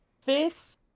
fifth